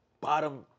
bottom